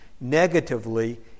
negatively